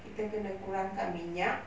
kita kena kurangkan minyak